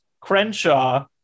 Crenshaw